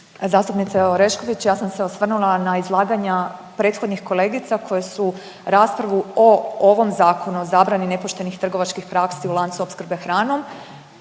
Zastupnice Orešković, ja sam se osvrnula na izlaganja prethodnih kolegica koje su raspravu o ovom Zakonu o zabrani nepoštenih trgovačkih praksi u lancu opskrbe hranom